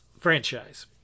Franchise